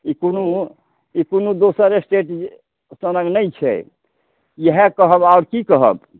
ई कोनो ई कोनो दोसर स्टेट सबमे नहि छै इहए कहब आओर की कहब